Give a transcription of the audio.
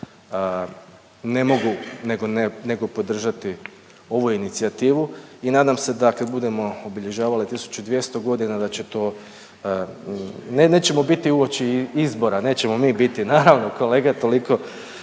ne, nego podržati ovu inicijativu i nadam se da kad budemo obilježavali 1200 godina da će to, ne nećemo biti uoči izbora nećemo mi biti naravno kolege toliko,